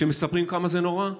שמספרים כמה זה נורא,